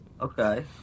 Okay